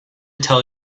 tell